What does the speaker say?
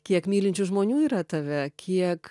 kiek mylinčių žmonių yra tave kiek